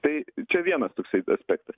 tai čia vienas toksai aspektas